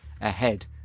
ahead